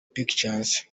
pictures